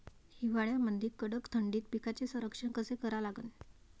हिवाळ्यामंदी कडक थंडीत पिकाचे संरक्षण कसे करा लागन?